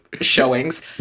showings